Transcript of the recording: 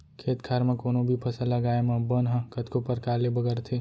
खेत खार म कोनों भी फसल लगाए म बन ह कतको परकार ले बगरथे